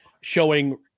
showing